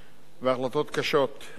והחלטות קשות.